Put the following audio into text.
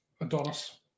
Adonis